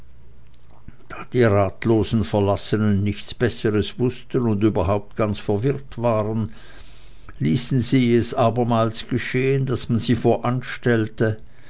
die ratlosen verlassenen nichts besseres wußten und überhaupt ganz verwirrt waren ließen sie abermals geschehen daß man sie voranstellte